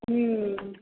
ह्म्म ह्म्म